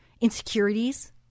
insecurities